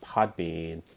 Podbean